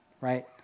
right